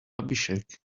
abhishek